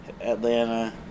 Atlanta